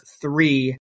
three